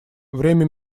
время